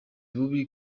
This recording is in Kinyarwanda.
bubi